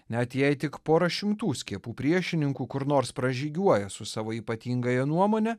net jei tik pora šimtų skiepų priešininkų kur nors pražygiuoja su savo ypatingąja nuomone